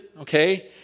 okay